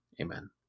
amen